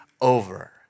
over